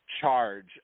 Charge